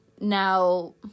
Now